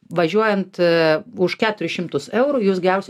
važiuojant už keturis šimtus eurų jūs gausit